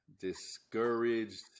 discouraged